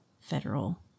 federal